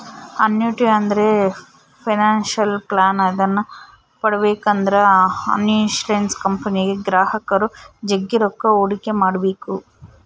annuity ಅಂದ್ರೆ pension plan ಇದನ್ನ ಪಡೆಬೇಕೆಂದ್ರ ಇನ್ಶುರೆನ್ಸ್ ಕಂಪನಿಗೆ ಗ್ರಾಹಕರು ಜಗ್ಗಿ ರೊಕ್ಕ ಹೂಡಿಕೆ ಮಾಡ್ಬೇಕು